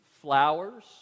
flowers